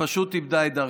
שפשוט איבדה את דרכה.